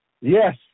yes